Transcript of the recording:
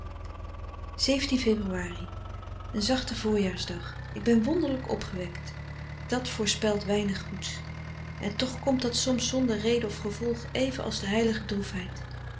febr een zachte voorjaarsdag ik ben wonderlijk opgewekt dat voorspelt weinig goeds en toch komt dat soms zonder reden of gevolg even als de heilige droefheid